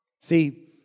See